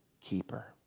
keeper